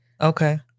Okay